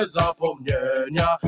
zapomnienia